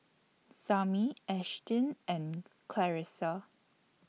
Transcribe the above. Samir Ashtyn and Clarissa